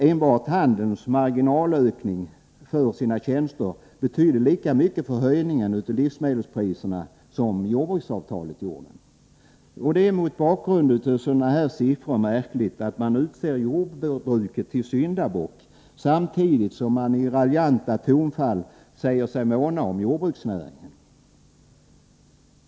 Enbart handelns ökning av marginalerna för sina tjänster betyder lika mycket för höjningen av livsmedelspriserna som jordbruksavtalet. Det är mot bakgrunden av sådana här siffror märkligt att man utser jordbruket till syndabock, samtidigt som man i raljanta tonfall säger sig måna om jordbruksnäringen.